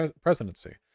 presidency